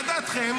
מה דעתכם?